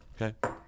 Okay